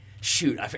Shoot